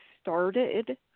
started